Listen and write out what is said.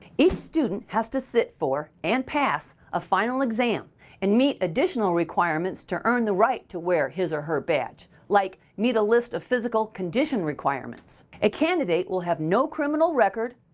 each student has to sit for and pass a final exam and meet additional requirements to earn the right to wear his or her badge like meet a list of physical condition requirements a candidate will have no criminal record,